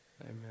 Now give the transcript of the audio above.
Amen